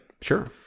Sure